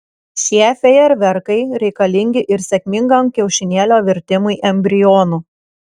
šie fejerverkai reikalingi ir sėkmingam kiaušinėlio virtimui embrionu